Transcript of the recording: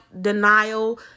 denial